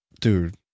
Dude